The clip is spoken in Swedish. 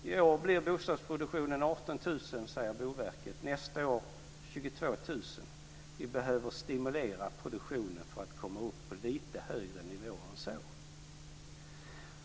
I år blir bostadsproduktionen 18 000, säger Boverket, och nästa år 22 000. Vi behöver stimulera produktionen för att komma upp på en lite högre nivå än så.